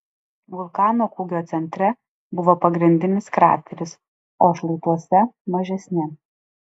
vulkano kūgio centre buvo pagrindinis krateris o šlaituose mažesni